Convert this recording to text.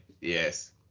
Yes